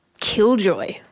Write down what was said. killjoy